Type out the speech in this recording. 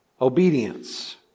obedience